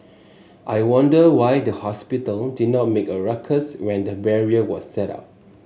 I wonder why the hospital did not make a ruckus when the barrier was set up